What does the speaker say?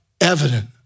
evident